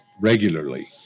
regularly